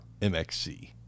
MXC